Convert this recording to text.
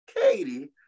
Katie